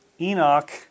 Enoch